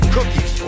Cookies